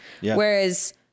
Whereas